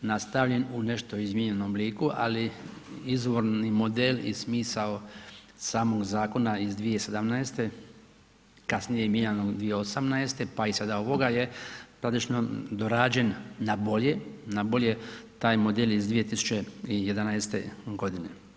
nastavljen u nešto izmijenjenom obliku ali izvorni model i smisao samog zakona iz 2017. kasnije mijenjanog 2018. pa i sada ovoga je praktično dorađen na bolje, na bolje taj model iz 2011. godine.